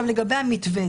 לגבי המתווה.